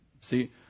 See